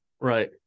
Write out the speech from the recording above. Right